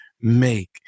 make